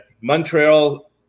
Montreal